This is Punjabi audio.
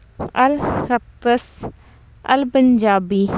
ਅਲ ਰਤਸ ਅਲ ਪੰਜਾਬੀ